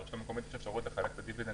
לרשות המקומית יש אפשרות לחלק את הדיבידנד